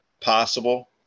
possible